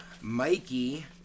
Mikey